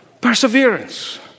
Perseverance